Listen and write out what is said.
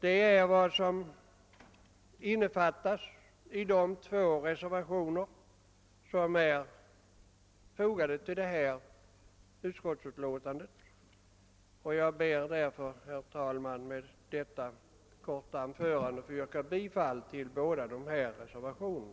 Det är vad som innefattas i de två reservationer som är fogade till detta utskottsutlåtande. Jag ber därför, herr talman, med detta korta anförande att få yrka bifall till båda dessa reservationer.